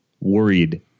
worried